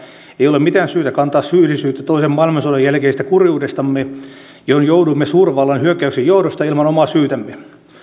ole mitään syytä kantaa syyllisyyttä toisen maailmansodan jälkeisestä kurjuudestamme johon jouduimme suurvallan hyökkäyksen johdosta ilman omaa syytämme